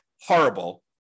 horrible